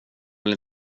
vill